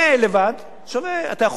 אני לא אומר לבטל את הכול,